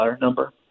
number